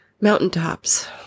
mountaintops